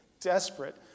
desperate